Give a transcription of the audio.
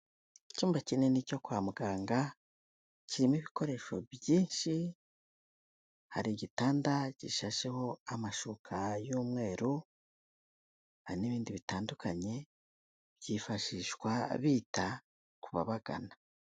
Icyumba kinini cyo kwa muganga, kirimo ibikoresho byinshi, hari igitanda gishasheho amashuka y'umweru, hari n'ibindi bitandukanye byifashishwa bita ku babagana.